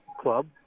club